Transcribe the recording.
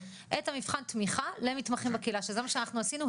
את מבחן התמיכה למתמחים בקהילה שזה מה שאנחנו עשינו,